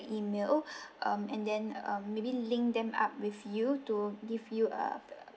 email oh and then um maybe link them up with you to give you a